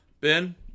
Ben